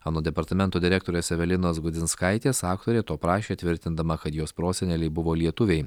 anot departamento direktorės evelinos gudzinskaitės aktorė to prašė tvirtindama kad jos proseneliai buvo lietuviai